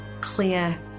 clear